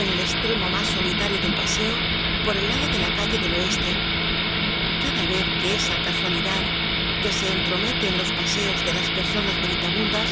en el estremo mas solitario del paseo por el lado de la calle del oeste cada vez que esa casualidad que se entromete en los paseos de las personas meditabundas